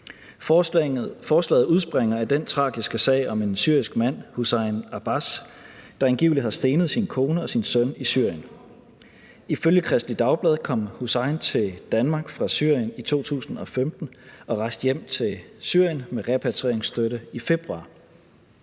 Forslaget udspringer af den tragiske sag om en syrisk mand, Hussein Abbas, der angiveligt har stenet sin kone og sin søn i Syrien. Ifølge Kristeligt Dagblad kom Hussein til Danmark fra Syrien i 2015 og rejste hjem til Syrien med repatrieringsstøtte i februar.